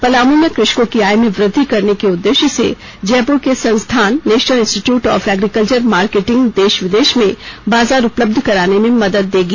पलामू में कृषकों की आय में वृद्धि करने के उद्देश्य से जयपूर के संस्थान National Institute of Agriculture Marketing देश विदेश में बाजार उपलब्ध कराने में मदद देगी